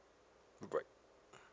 okay